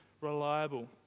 reliable